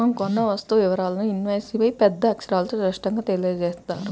మనం కొన్న వస్తువు వివరాలను ఇన్వాయిస్పై పెద్ద అక్షరాలతో స్పష్టంగా తెలియజేత్తారు